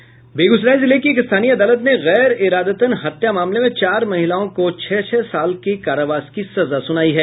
बेगूसराय जिले की एक स्थानीय अदालत ने गैर इरादतन हत्या मामले में चार महिलाओं को छह छह साल के कारावास की सजा सुनायी है